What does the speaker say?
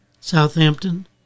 Southampton